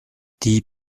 die